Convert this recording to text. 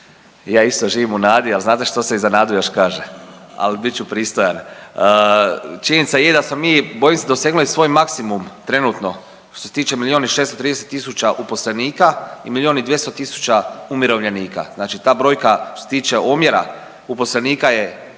Ja isto živim u nadi, ali znate što se i za nadu još kaže, ali bit ću pristojan. Činjenica je da smo mi bojim se dosegnuli svoj maksimum trenutno što se tiče milion i 630 tisuća uposlenika i milion i 200 tisuća umirovljenika. Znači ta brojka što se tiče omjera uposlenika je